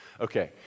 Okay